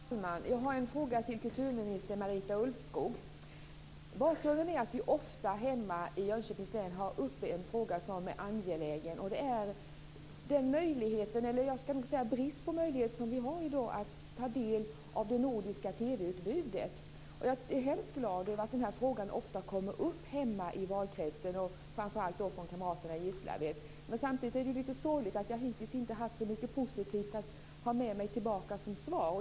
Fru talman! Jag har en fråga till kulturminister Marita Ulvskog. Bakgrunden är att vi ofta hemma i Jönköpings län har uppe en fråga som är angelägen. Det handlar om den brist på möjligheter som vi i dag har att ta del av det nordiska TV-utbudet. Jag är hemskt glad över att den här frågan ofta kommer upp hemma i valkretsen, och framför allt från kamraterna i Gislaved. Men samtidigt är det lite sorgligt att jag hittills inte haft så mycket positivt att ta med mig tillbaka som svar.